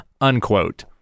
unquote